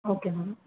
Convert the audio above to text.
okay ma'am